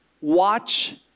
Watch